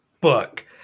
book